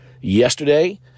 yesterday